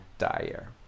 Dyer